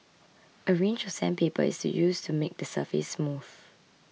a range of sandpaper is used to make the surface smooth